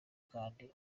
kandi